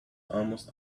almost